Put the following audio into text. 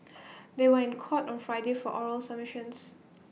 they were in court on Friday for oral submissions